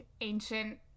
ancient